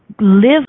live